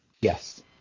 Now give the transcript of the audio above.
Yes